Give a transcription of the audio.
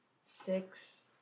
six